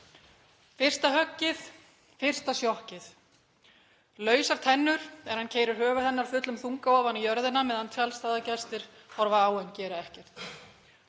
Fyrsta höggið, fyrsta sjokkið. Lausar tennur þegar hann keyrir höfuð hennar fullum þunga ofan í jörðina meðan tjaldstæðisgestir horfa á en gera ekkert.